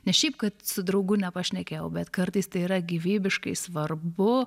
ne šiaip kad su draugu nepašnekėjau bet kartais tai yra gyvybiškai svarbu